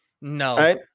No